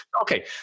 Okay